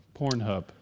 Pornhub